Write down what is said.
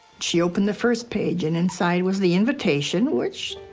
she opened the first page. and inside was the invitation, which,